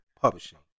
Publishing